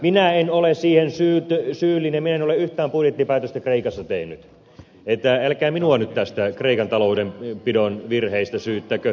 minä en ole siihen syyllinen minä en ole yhtään budjettipäätöstä kreikassa tehnyt että älkää minua nyt näistä kreikan taloudenpidon virheistä syyttäkö